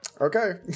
Okay